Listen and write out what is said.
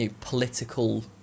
political